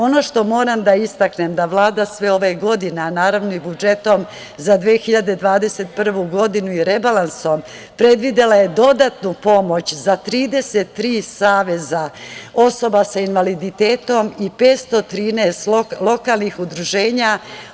Ono što moram da istaknem da Vlada sve ove godine, a naravno i budžetom za 2021. godinu i rebalansom predvidela je dodatnu pomoć za 33 saveza osoba sa invaliditetom i 513 lokalnih udruženja.